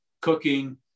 cooking